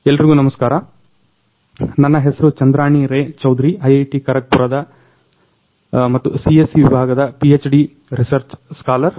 ಎಲ್ರಿಗೂ ನಮಸ್ಕಾರ ನನ್ನ ಹೆಸ್ರು ಚಂದ್ರಾಣಿ ರೆ ಚೌದರಿ ಐಐಟಿ ಖರಗ್ಪುರದ ಮತ್ತು ಸಿಎಸ್ಸಿ ವಿಭಾಗದ ಪಿಎಚ್ಡಿ ರಿಸೆರ್ಚ್ ಸ್ಕಾಲರ್